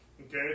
Okay